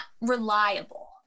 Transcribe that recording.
reliable